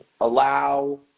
allow